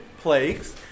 plagues